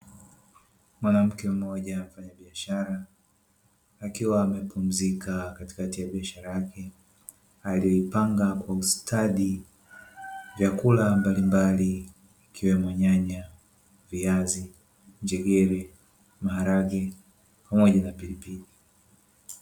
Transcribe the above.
Mwanamke mmoja mfanyabiashara akiwa amepumzika katikati ya biashara yake aliyeipanga kwa ustadi vyakula mbalimbali ikiwemo nyanya, viazi, njegere, maharage pamoja na pilipili.